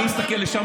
אני אסתכל לשם,